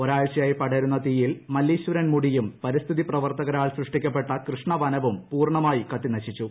ഒരാഴ്ചയായി പടരുന്ന തീയിൽ മല്ലീശ്വരൻമുടിയും പരിസ്ഥിതി പ്രവർത്തകരാൽ സൃഷ്ടിക്കപ്പെട്ട കൃഷ്ണവനവും പൂർണമായും കത്തി നശിച്ചു